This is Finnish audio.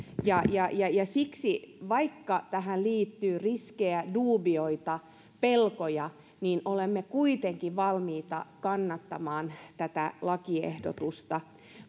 ja ja vaikka tähän liittyy riskejä duubioita pelkoja niin siksi olemme kuitenkin valmiita kannattamaan tätä lakiehdotusta